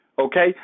Okay